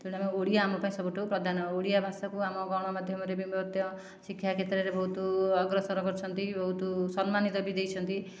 ତେଣୁ ଆମେ ଓଡ଼ିଆ ଆମ ପାଇଁ ସବୁଠୁ ପ୍ରଧାନ ଓଡ଼ିଆ ଭାଷାକୁ ଆମ ଗଣମାଧ୍ୟମରେ ବି ମଧ୍ୟ ଶିକ୍ଷା କ୍ଷେତ୍ରରେ ବହୁତ ଅଗ୍ରସର କରିଛନ୍ତି ବହୁତ ସମ୍ମାନ ବି ଦେଇଛନ୍ତି